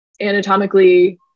anatomically